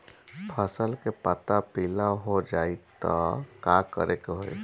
फसल के पत्ता पीला हो जाई त का करेके होई?